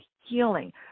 healing